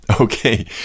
Okay